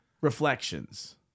reflections